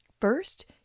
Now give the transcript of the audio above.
First